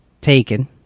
taken